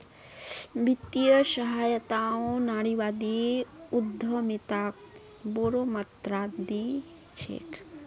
वित्तीय सहायताओ नारीवादी उद्यमिताक बोरो मात्रात दी छेक